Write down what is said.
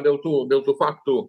dėl tų dėl tų faktų